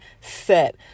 set